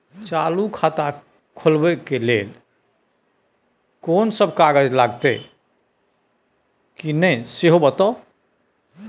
चालू खाता खोलवैबे के लेल केना सब कागज लगतै किन्ने सेहो बताऊ?